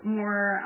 more